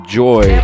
joy